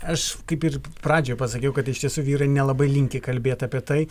aš kaip ir pradžioj pasakiau kad iš tiesų vyrai nelabai linkę kalbėt apie tai